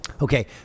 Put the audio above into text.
Okay